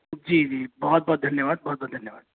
जी जी बहुत बहुत धन्यवाद बहुत बहुत धन्यवाद